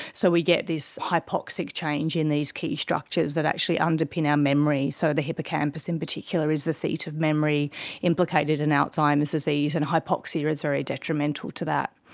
so we get this hypoxic change in these key structures that actually underpin our memory, so the hippocampus in particular is the seat of memory implicated in alzheimer's disease, and hypoxaemia is very detrimental to that.